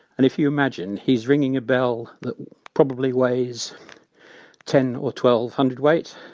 and if you imagine he's ringing a bell that probably weighs ten or twelve hundredweight,